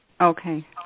Okay